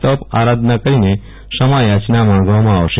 તપ આરાધના કરીને ક્ષમા યાચના માંગવામાં આવશે